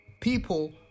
people